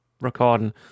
recording